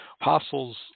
Apostles